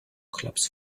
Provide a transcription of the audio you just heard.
clubs